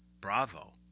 Bravo